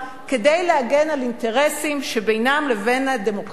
כדי להגן על אינטרסים שבינם לבין הדמוקרטיה